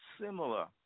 similar